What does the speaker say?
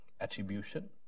attribution